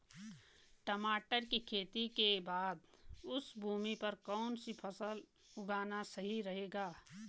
टमाटर की खेती के बाद उस भूमि पर कौन सी फसल उगाना सही रहेगा?